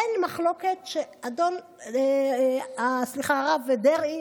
אין מחלוקת שהרב דרעי,